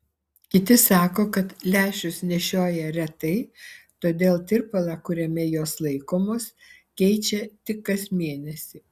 kiti sako kad lęšius nešioja retai todėl tirpalą kuriame jos laikomos keičia tik kas mėnesį